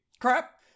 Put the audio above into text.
crap